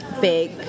big